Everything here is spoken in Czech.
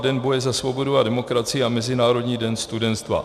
Den boje za svobodu a demokracii a Mezinárodní den studenstva.